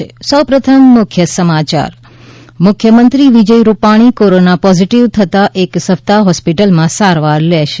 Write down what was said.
ઃ મુખ્યમંત્રી Vijay Rupani corona positive થતાં એક સપ્તાહ હોસ્પિટલમાં સારવાર લેશે